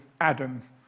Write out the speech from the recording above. Adam